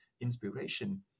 inspiration